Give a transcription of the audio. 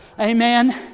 Amen